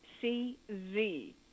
C-Z